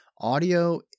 audio